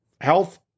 health